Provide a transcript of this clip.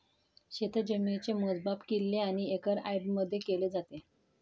शेतजमिनीचे मोजमाप किल्ले आणि एकर यार्डमध्ये केले जाते